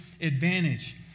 advantage